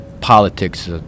politics